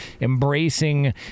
embracing